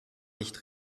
nicht